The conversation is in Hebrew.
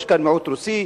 יש כאן מיעוט רוסי,